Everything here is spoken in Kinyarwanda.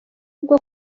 bwo